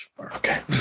Okay